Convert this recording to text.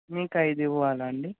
మీకు అయిదివ్వాలా అండీ